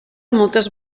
moltes